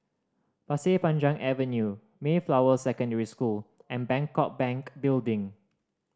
Pasir Panjang Avenue Mayflower Secondary School and Bangkok Bank Building